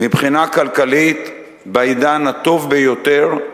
מבחינה כלכלית, בעידן הטוב ביותר,